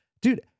Dude